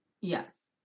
Yes